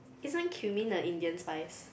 isn't cumin a Indian spice